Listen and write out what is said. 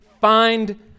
find